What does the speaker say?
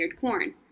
corn